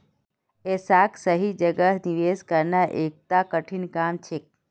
ऐसाक सही जगह निवेश करना एकता कठिन काम छेक